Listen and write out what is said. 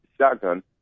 shotgun